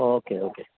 okay okay